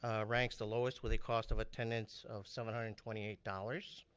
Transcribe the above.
ah ranks the lowest, with a cost of attendance of seven hundred and twenty eight dollars,